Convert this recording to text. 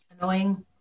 annoying